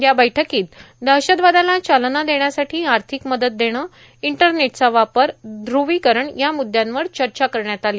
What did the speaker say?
या बैठ्कीत दहशतवादाला चालना देण्यासाठी आर्थिक मदत देणं इंटरनेटचा वापर ध्रूवीकरण या मुद्यांवर चर्चा करण्यात आली